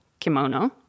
kimono